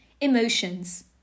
Emotions